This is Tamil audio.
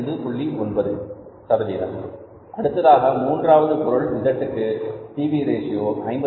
9 சதவீதம் அடுத்ததாக மூன்றாவது பொருள் Z க்கு பி வி ரேஷியோ 51